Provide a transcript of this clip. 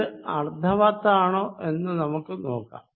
ഇത് അർത്ഥവത്താണോ എന്ന നമുക്ക് നോക്കാം